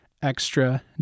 extra